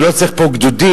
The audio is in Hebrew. ולא צריך פה גדודים.